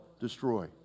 destroy